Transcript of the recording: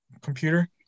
Computer